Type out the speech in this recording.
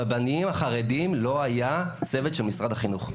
בבנים החרדים לא היה צוות של משרד החינוך,